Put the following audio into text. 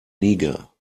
niger